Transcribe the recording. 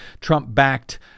Trump-backed